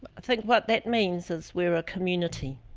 think what that means since we're a community.